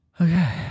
Okay